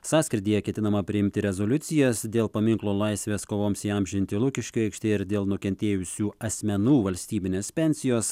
sąskrydyje ketinama priimti rezoliucijas dėl paminklo laisvės kovoms įamžinti lukiškių aikštėje ir dėl nukentėjusių asmenų valstybinės pensijos